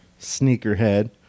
sneakerhead